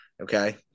okay